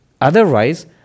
Otherwise